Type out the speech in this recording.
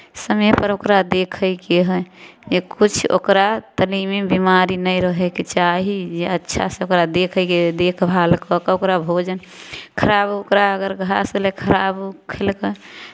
समयपर ओकरा देखयके हइ जे किछु ओकरा तनि भी बिमारी नहि रहयके चाही जे अच्छासँ ओकरा देखयके हइ देखभाल कऽ कऽ ओकरा भोजन खराब ओकरा अगर घास एलै खराब ओ खेलकै